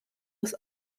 was